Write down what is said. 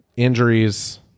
Injuries